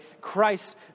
Christ